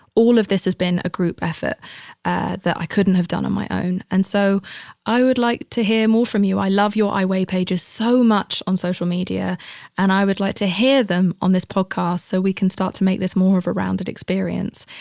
all of this has been a group effort that i couldn't have done on my own. and so i would like to hear more from you. i love your i weigh pages so much on social media and i would like to hear them on this podcast so we can start to make this more of a rounded experience.